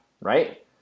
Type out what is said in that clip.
Right